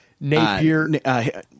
Napier